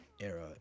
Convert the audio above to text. era